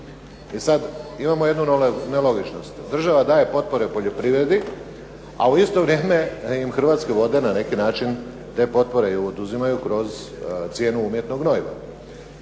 E sada, imamo jednu nelogičnost. Država daje potpore poljoprivredi, a u isto vrijeme Hrvatske vode na neki način te potpore oduzimaju kroz cijenu umjetnog gnojiva.